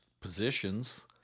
positions